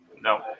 No